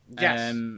Yes